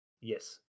Yes